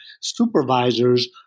supervisors